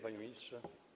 Panie Ministrze!